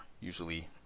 usually